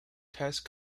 test